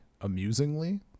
amusingly